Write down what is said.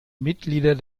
mitglieder